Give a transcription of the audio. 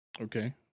okay